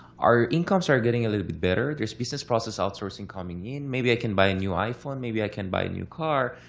our incomes are getting a little better. there's business process outsourcing coming in. maybe i can buy a new iphone. maybe i can buy a new car.